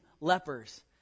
lepers